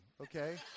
okay